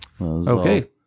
Okay